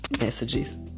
messages